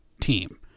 team